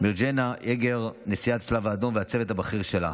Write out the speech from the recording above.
מירג'נה אגר והצוות הבכיר שלה.